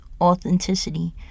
authenticity